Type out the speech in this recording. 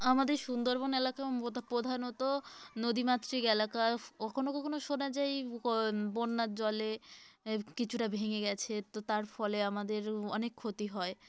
আমাদের সুন্দরবন এলাকা প্রধানত নদীমাতৃক এলাকা কখনও কখনও শোনা যায় বন্যার জলে কিছুটা ভেঙে গেছে তো তার ফলে আমাদের অনেক ক্ষতি হয়